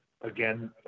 again